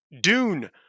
Dune